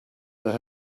there